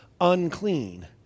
unclean